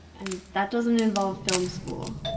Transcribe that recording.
and that doesn't involve film school.